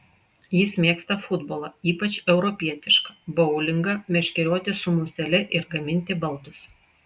jis mėgsta futbolą ypač europietišką boulingą meškerioti su musele ir gaminti baldus